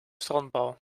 strandbal